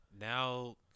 now